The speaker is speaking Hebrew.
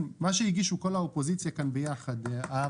מה שהגישה כל האופוזיציה ביחד.